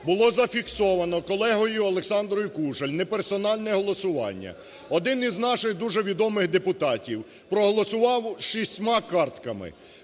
було зафіксовано колегою Олександрою Кужель неперсональне голосування: один із наших дуже відомих депутатів проголосував шістьма картками.